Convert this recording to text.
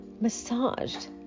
massaged